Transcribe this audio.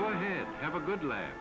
go ahead have a good laugh